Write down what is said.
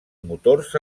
motors